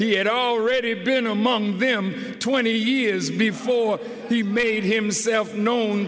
he had already been among them twenty years before he made himself known